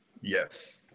yes